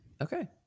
okay